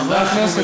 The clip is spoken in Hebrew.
חברי הכנסת,